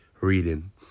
reading